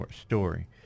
story